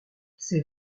c’est